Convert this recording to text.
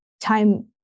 time